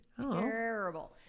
terrible